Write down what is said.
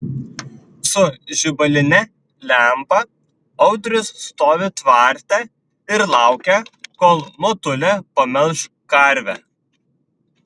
su žibaline lempa audrius stovi tvarte ir laukia kol motulė pamelš karvę